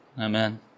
amen